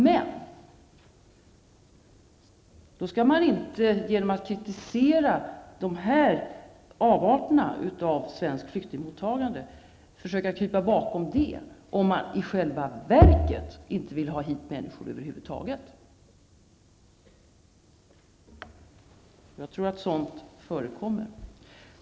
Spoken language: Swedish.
Men då skall man inte kritisera avarterna av svenskt flyktingmottagande och sedan krypa bakom de argumenten, när man i själva verket inte vill ha hit människor över huvud taget. Jag tror att sådant förekommer.